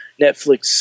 Netflix